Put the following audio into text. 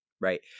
right